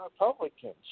Republicans